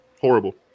Horrible